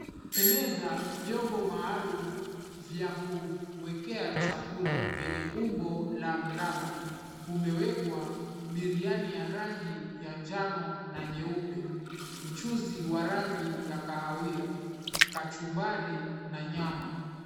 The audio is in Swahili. Kwenye meza vyombo maalum vya kuwekea chakula vyenye umbo la mraba. Kumewekwa biriani ya rangi ya njano na nyeupe, mchuzi wa rangi ya kahawia, kachumbari na nyama.